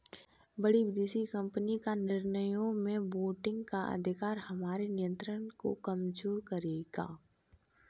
बड़ी विदेशी कंपनी का निर्णयों में वोटिंग का अधिकार हमारे नियंत्रण को कमजोर करेगा